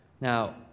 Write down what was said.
Now